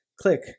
Click